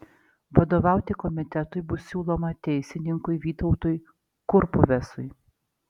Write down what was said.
vadovauti komitetui bus siūloma teisininkui vytautui kurpuvesui